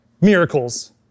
miracles